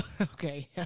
Okay